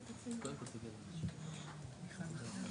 הוא בא להסביר את הרציונל שמעולם הסעיף הזה לא מתקיים בעובדים זרים.